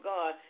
God